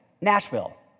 Nashville